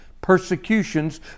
persecutions